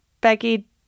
Becky